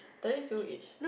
does it still itch